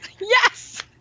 Yes